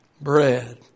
bread